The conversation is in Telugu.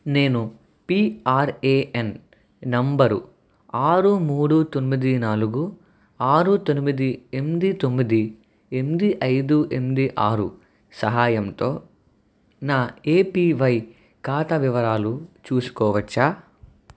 నేను పిఆర్ఏయన్ నంబరు ఆరు ముడు తొమ్మిది నాలుగు ఆరు తొమ్మిది ఎన్మిది తొమ్మిది ఎన్మిది ఐదు ఎన్మిది ఆరు సహాయంతో నా యేపివై ఖాతా వివరాలు చూసుకోవచ్చా